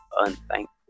unthankful